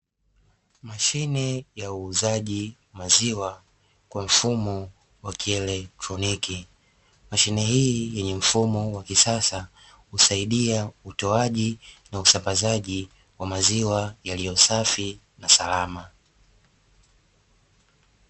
Mashine ya uuzaji maziwa kwa mfumo wa kielektroniki, mashine hii yenye mfumo wa kisasa husaidia utoaji na usambazaji wa maziwa yaliyosafi na salama.